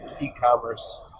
e-commerce